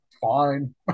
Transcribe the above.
Fine